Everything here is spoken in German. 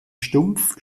stumpf